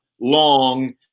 long